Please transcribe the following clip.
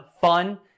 fun